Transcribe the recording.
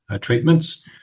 treatments